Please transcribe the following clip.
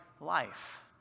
life